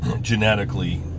genetically